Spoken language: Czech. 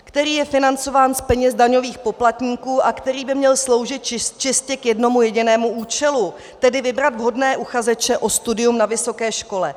... který je financován z peněz daňových poplatků a který by měl sloužit čistě k jednomu jedinému účelu, tedy vybrat vhodné uchazeče o studium na vysoké škole.